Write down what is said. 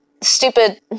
stupid